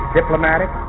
diplomatic